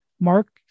Mark